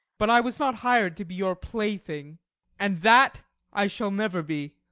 but i was not hired to be your play thing and that i shall never be.